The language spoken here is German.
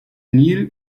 nil